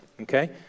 okay